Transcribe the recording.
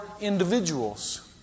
individuals